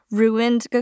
ruined